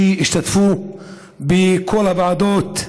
שהשתתפו בכל הוועדות,